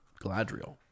Galadriel